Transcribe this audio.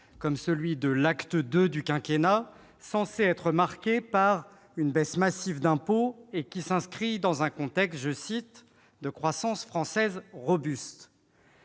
comme celui de l'acte II du quinquennat, censé être marqué par une baisse massive d'impôts et s'inscrivant dans un contexte « de croissance française robuste